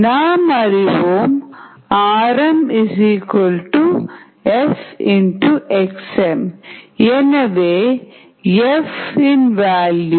நாம் அறிவோம் RmFxm எனவே F Rmxm50021